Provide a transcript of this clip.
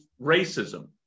racism